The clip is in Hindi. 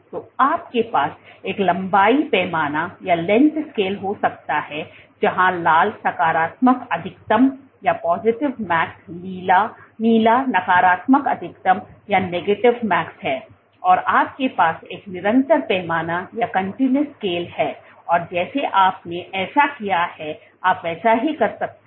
तो आपके पास एक लंबाई पैमाना हो सकता है जहां लाल सकारात्मक अधिकतम नीला नकारात्मक अधिकतम है आपके पास एक निरंतर पैमाना है और जैसे आपने ऐसा किया है आप वैसा ही कर सकते हैं